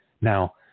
Now